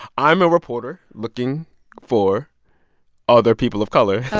i'm a reporter looking for other people of color.